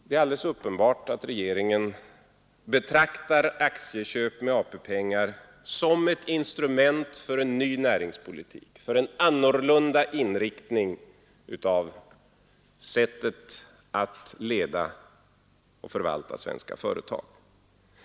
Det är alldeles uppenbart att regeringen betraktar aktieköp med AP-pengar som ett instrument för en ny näringspolitik, för en annorlunda inriktning av sättet att leda och förvalta svenska företag.